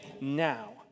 now